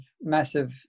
massive